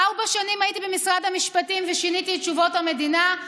ארבע שנים הייתי במשרד המשפטים ושיניתי את תשובות המדינה.